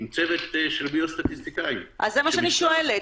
עם צוות של ביו-סטטיסטיקאים --- זה מה שאני שואלת.